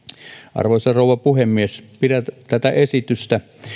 arvoisa rouva puhemies pidän tätä esitystä